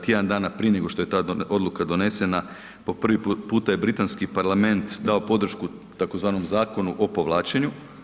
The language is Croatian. Tjedan dana prije nego što je ta odluka donesena po prvi puta je Britanski parlament dao podršku tzv. zakonu o povlačenju.